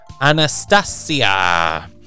Anastasia